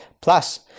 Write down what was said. plus